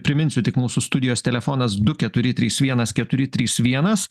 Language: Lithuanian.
priminsiu tik mūsų studijos telefonas du keturi trys vienas keturi trys vienas